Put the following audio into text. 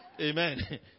Amen